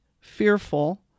fearful